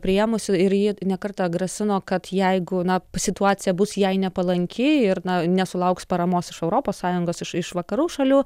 priėmusi ir ji ne kartą grasino kad jeigu na situacija bus jei nepalanki ir na nesulauks paramos iš europos sąjungos iš iš vakarų šalių